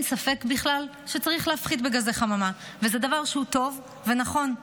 אין ספק בכלל שצריך להפחית גזי חממה ושזה דבר טוב ונכון.